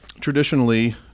traditionally